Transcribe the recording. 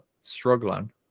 struggling